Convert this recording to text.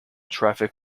traffic